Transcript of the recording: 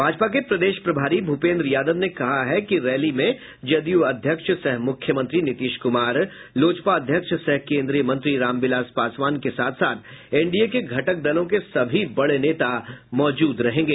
भाजपा के प्रदेश प्रभारी भूपेन्द्र यादव ने कहा है कि रैली में जदयू अध्यक्ष सह मुख्यमंत्री नीतीश कुमार लोजपा अध्यक्ष सह केन्द्रीय मंत्री राम विलास पासवान के साथ साथ एनडीए के घटक दलों के सभी बड़े नेता मौजूद रहेंगे